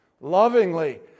lovingly